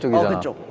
individual